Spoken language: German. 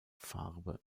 farbe